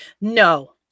No